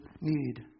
need